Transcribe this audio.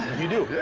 you do?